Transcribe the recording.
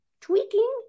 tweaking